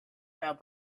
about